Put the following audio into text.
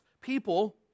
People